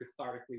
cathartically